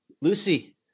Lucy